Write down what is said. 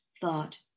thought